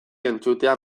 entzutea